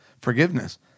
forgiveness